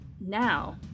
Now